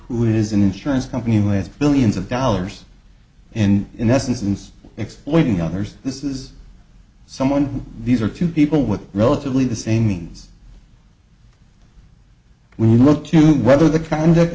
who is an insurance company with billions of dollars and in essence exploiting others this is someone who these are two people with relatively the same means when you look to whether the conduct